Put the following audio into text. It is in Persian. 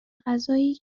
غذایی